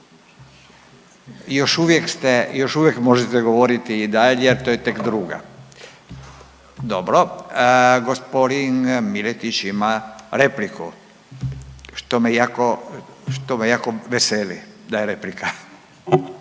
još uvijek možete govoriti i dalje jer to je tek druga. Dobro. Gospodin Miletić ima repliku što me jako veseli da je replika.